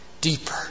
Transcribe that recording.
deeper